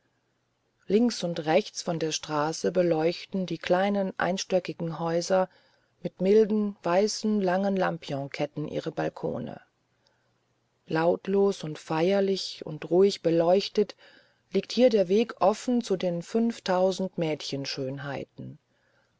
links und rechts von der straße beleuchten die kleinen einstöckigen häuser mit milden weißen langen lampionketten ihre balkone lautlos und feierlich und ruhig beleuchtet liegt hier der weg offen zu den fünftausend